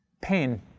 Pain